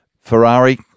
Ferrari